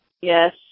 Yes